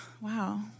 Wow